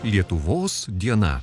lietuvos diena